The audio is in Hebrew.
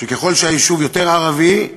שככל שהיישוב יותר ערבי,